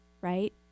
right